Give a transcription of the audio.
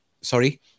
Sorry